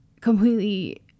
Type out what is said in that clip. completely